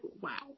wow